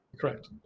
Correct